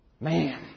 Man